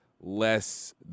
less